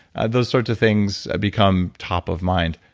ah those sorts of things become top of mind.